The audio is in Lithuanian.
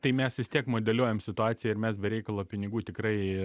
tai mes vis tiek modeliuojam situaciją ir mes be reikalo pinigų tikrai